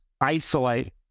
isolate